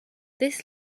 this